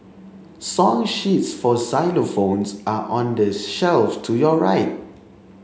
song sheets for xylophones are on the shelf to your right